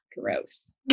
gross